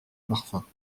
parfums